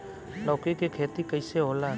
लौकी के खेती कइसे होला?